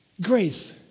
Grace